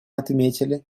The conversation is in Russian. отметили